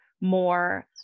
more